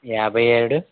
యాభై ఏడు